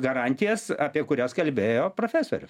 garantijas apie kurias kalbėjo profesorius